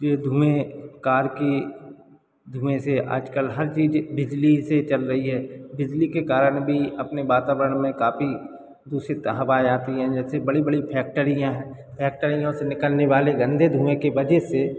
यह धुएँ कार के धुएँ से आज कल हर चीज़ बिजली से चल रही है बिजली के कारण भी अपने वातावरण में काफ़ी दूसित हवाएँ आती हैं जैसे बड़ी बड़ी फैक्टरियाँ हैं फैक्टरियों से निकलने वाले गंदे धुएँ की वजह से